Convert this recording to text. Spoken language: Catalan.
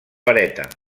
vareta